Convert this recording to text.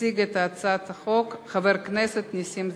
יציג את הצעת החוק חבר הכנסת נסים זאב.